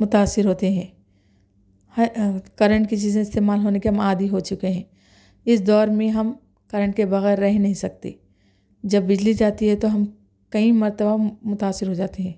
متاثر ہوتے ہیں ہے کرنٹ کی چیزیں استعمال ہونے کے ہم عادی ہو چکے ہیں اس دور میں ہم کرنٹ کے بغیر رہ ہی نہیں سکتے جب بجلی جاتی ہے تو ہم کئی مرتبہ مو متاثر ہو جاتے ہیں